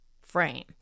frame